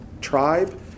tribe